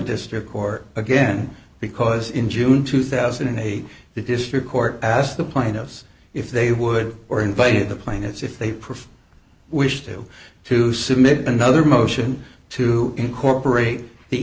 district court again because in june two thousand and eight the district court asked the plaintiffs if they would or invited the plaintiffs if they prefer wish to to submit another motion to incorporate the